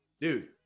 Dude